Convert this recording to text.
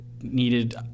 needed